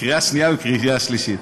לקריאה שנייה ולקריאה שלישית.